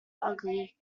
ugly